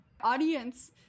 audience